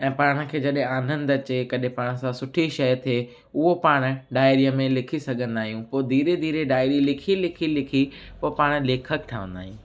ऐं पाण खे जॾहिं आनंद अचे कॾहिं पाण सां सुठी शइ थिए उहो पाण डाइरीअ में लिखी सघंदा आहियूं पोइ धीरे धीरे डायरी लिखी लिखी लिखी पोइ पाण लेखकु ठहंदा आहियूं